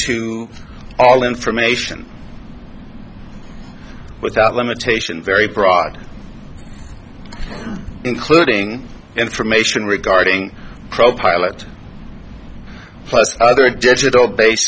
to all information without limitation very broad including information regarding profile it plus other digital based